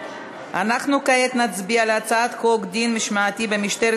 אנחנו כעת נצביע על הצעת חוק דין משמעתי במשטרת